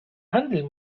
handel